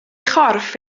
chorff